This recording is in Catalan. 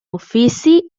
ofici